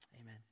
Amen